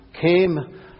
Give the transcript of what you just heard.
came